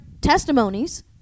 testimonies